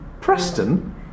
Preston